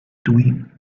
doing